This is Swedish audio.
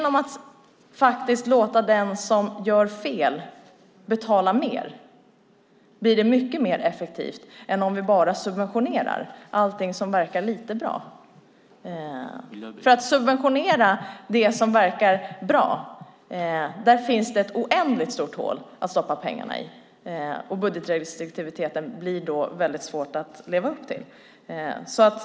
Om vi låter den som gör fel betala mer blir det mycket mer effektivt än om vi bara subventionerar allting som verkar lite bra. Om man subventionerar det som verkar bra blir det ett oändligt stort hål att stoppa pengarna i, och då blir det svårt att leva upp till budgetrestriktiviteten.